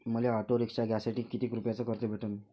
मले auto rickshaw घ्यासाठी कितीक रुपयाच कर्ज भेटनं?